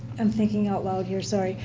i'm thinking out loud here, sorry,